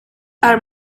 are